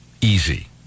easy